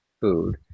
food